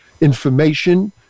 information